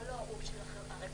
הוא הרגולטור.